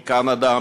מקנדה,